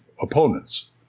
opponents